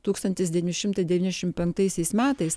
tūkstantis devyni šimtai devyniasdešimt penktaisiais metais